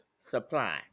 supply